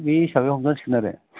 बे हिसाबै हमनांसिगोन आरो